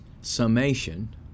summation